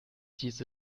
diese